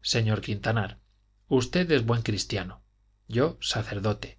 señor quintanar usted es buen cristiano yo sacerdote